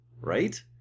right